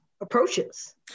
approaches